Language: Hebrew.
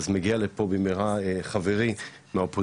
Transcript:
אז מגיע לפה חברי מהאופוזיציה,